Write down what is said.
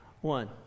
one